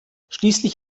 schließlich